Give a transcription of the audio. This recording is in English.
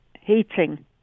heating